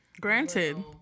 Granted